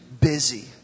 busy